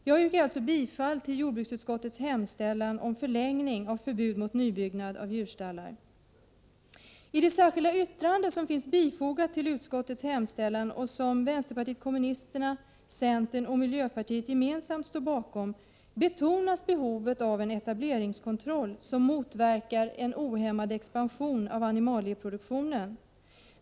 Jag yrkar alltså bifall till jordbruksutskottets hemställan om förlängning av förbud mot nybyggnad av djurstallar. I det särskilda yttrande som finns bifogat till utskottets hemställan, och som vpk, centern och miljöpartiet gemensamt står bakom, betonas behovet av en etableringskontroll som motverkar en ohämmad expansion av animalieproduktionen.